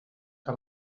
que